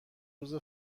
روز